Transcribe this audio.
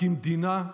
כמדינה,